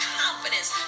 confidence